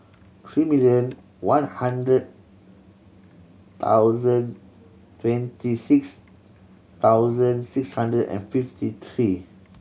three million one hundred thousand twenty six thousand six hundred and fifty three